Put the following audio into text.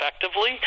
effectively